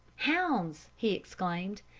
hounds! he exclaimed.